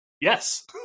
yes